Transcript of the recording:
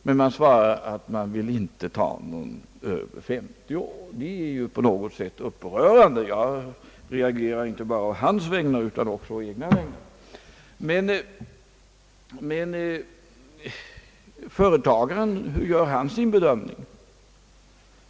Man har svarat honom att man inte vill ta in någon som är över 50 år. Det är på något sätt upprörande — jag reagerar inte bara å hans utan också å egna vägrar! Men hur gör företagaren sin bedömning?